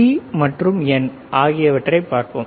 B மற்றும் N ஆகியவற்றைப் பார்ப்போம்